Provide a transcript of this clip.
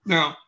Now